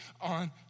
on